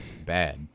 bad